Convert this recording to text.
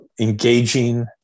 Engaging